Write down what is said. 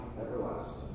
everlasting